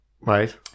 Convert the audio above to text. right